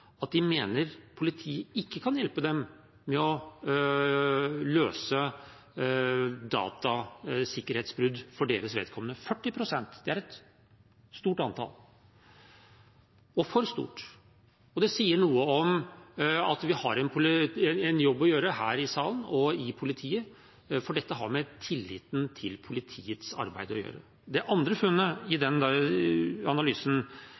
at de mener politiet ikke kan hjelpe dem med å løse datasikkerhetsbrudd for deres vedkommende – 40 pst. Det er et stort antall – et for stort antall. Det sier noe om at vi har en jobb å gjøre her i salen og i politiet, for dette har med tilliten til politiets arbeid å gjøre. Det andre funnet i den analysen